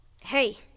Hey